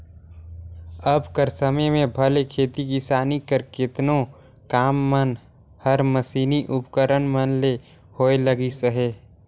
अब कर समे में भले खेती किसानी कर केतनो काम मन हर मसीनी उपकरन मन ले होए लगिस अहे